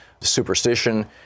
superstition